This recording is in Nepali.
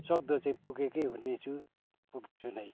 सक्दो चाहिँ पुगेकै हुनेछु पुग्छु नै